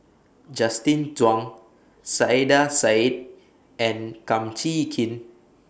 Justin Zhuang Saiedah Said and Kum Chee Kin